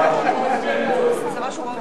ההצבעה.